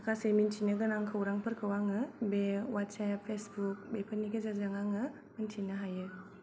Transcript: गासै मिथिनो गोनां खौरांफोरखौ आङो बे हवाटसआप फेसबुक बेफोरनि गेजेरजों आङो मिथिनो हायो